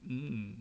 mm